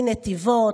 מנתיבות.